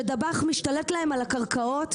כשדב"ח משתלט להם על הקרקעות,